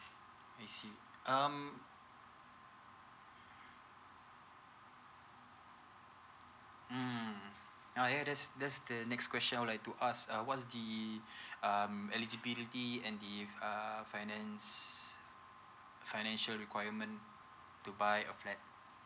I see um mm ya that's that's the next question I would like to ask uh what's the um eligibility and the uh finance financial requirement to buy a flat